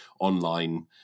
online